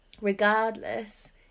regardless